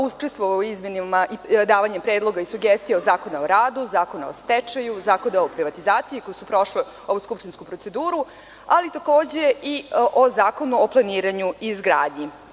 Učestvovao je u izmenama, davanju predloga i sugestija Zakona o radu, Zakona o stečaju, Zakona o privatizaciji koji su prošlu ovu skupštinsku proceduru, ali takođe i o Zakonu o planiranju i izgradnji.